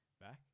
back